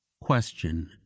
question